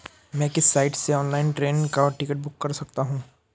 मैं किस साइट से ऑनलाइन ट्रेन का टिकट बुक कर सकता हूँ?